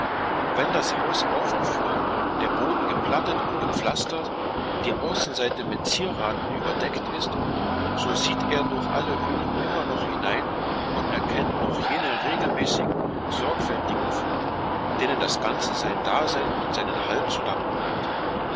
wenn das haus aufgeführt der boden geplattet und gepflastert die außenseite mit zieraten überdeckt ist so sieht er durch alle hüllen immer noch hinein und erkennt noch jene regelmäßigen sorgfältigen fugen denen das ganze sein dasein und seinen halt zu danken hat